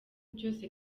byose